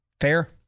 Fair